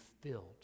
filled